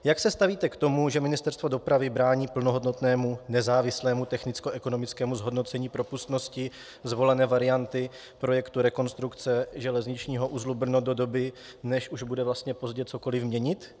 Jak se stavíte k tomu, že Ministerstvo dopravy brání plnohodnotnému nezávislému technickoekonomickému zhodnocení propustnosti zvolené varianty projektu rekonstrukce železničního uzlu Brno do doby, než už bude vlastně pozdě cokoliv měnit?